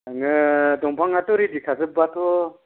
नोङो दंफांआथ' रेदि खाजोबबाथ'